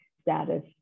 status